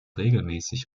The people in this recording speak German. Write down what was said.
regelmäßig